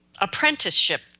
apprenticeship